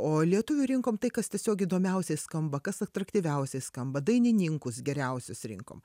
o lietuvių rinkom tai kas tiesiog įdomiausiai skamba kas atraktyviausiai skamba dainininkus geriausius rinkom